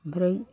ओमफ्राय